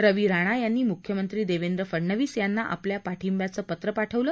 रवी राणा यांनी मुख्यमंत्री देवेंद्र फडणवीस यांना आपल्या पाठिंब्याचं पात्र पाठवलं